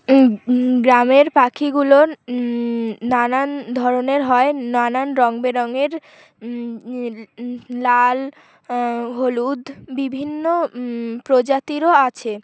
গ্রামের পাখিগুলো নানান ধরনের হয় নানান রঙ বেরঙের লাল হলুদ বিভিন্ন প্রজাতিরও আছে